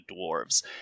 dwarves